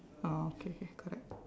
orh okay K correct